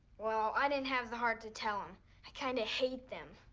well, i didn't have the heart to tell him i kind of hate them.